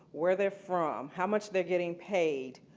where they are from, how much they are getting paid,